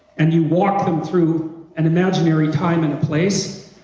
and you walk them through an imaginary time and place,